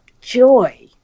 joy